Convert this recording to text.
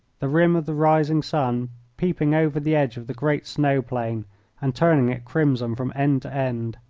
the rim of the rising sun peeping over the edge of the great snow-plain and turning it crimson from end to end.